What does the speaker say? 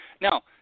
Now